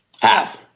Half